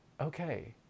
okay